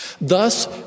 Thus